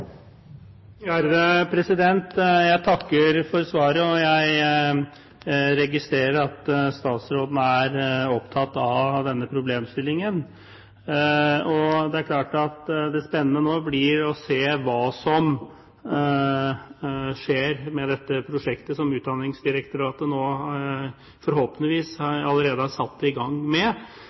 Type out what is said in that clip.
for svaret. Jeg registrerer at statsråden er opptatt av denne problemstillingen, og det spennende nå blir å se hva som skjer med dette prosjektet som Utdanningsdirektoratet nå forhåpentligvis allerede har satt i gang med,